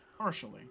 Partially